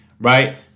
right